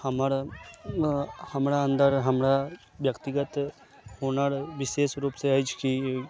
तऽ हमर हमरा अन्दर हमर व्यक्तिगत हुनर विशेष रूप से अछि की